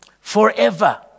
Forever